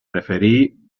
referir